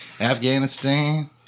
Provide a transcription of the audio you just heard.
Afghanistan